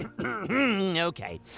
Okay